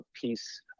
piece